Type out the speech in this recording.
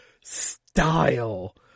style